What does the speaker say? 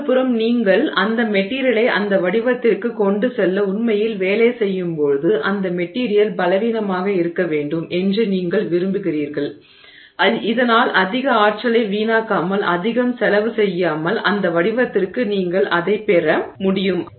மறுபுறம் நீங்கள் அந்த மெட்டிரியலை அந்த வடிவத்திற்கு கொண்டு செல்ல உண்மையில் வேலை செய்யும் போது அந்த மெட்டிரியல் பலவீனமாக இருக்க வேண்டும் என்று நீங்கள் விரும்புகிறீர்கள் இதனால் அதிக ஆற்றலை வீணாக்காமல் அதிகம் செலவு செய்யாமல் அந்த வடிவத்திற்கு நீங்கள் அதைப் பெற முடியும்